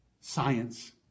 science